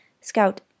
Scout